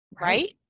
right